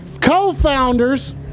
co-founders